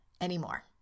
anymore